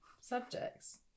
subjects